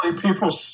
people